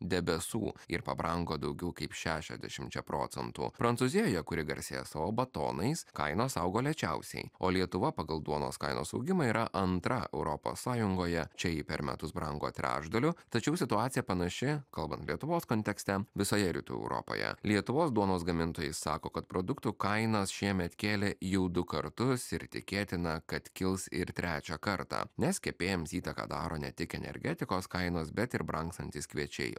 debesų ir pabrango daugiau kaip šešiasdešimčia procentų prancūzijoje kuri garsėja savo batonais kainos augo lėčiausiai o lietuva pagal duonos kainos augimą yra antra europos sąjungoje čia ji per metus brango trečdaliu tačiau situacija panaši kalbant lietuvos kontekste visoje rytų europoje lietuvos duonos gamintojai sako kad produktų kainas šiemet kėlė jau du kartus ir tikėtina kad kils ir trečią kartą nes kepėjams įtaką daro ne tik energetikos kainos bet ir brangstantys kviečiai